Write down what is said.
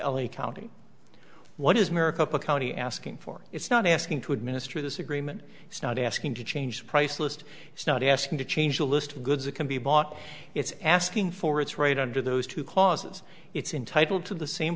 a county what is maricopa county asking for it's not asking to administer this agreement it's not asking to change the price list it's not asking to change the list of goods it can be bought it's asking for it's right under those two clauses it's entitle to the same